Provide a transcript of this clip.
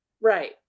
Right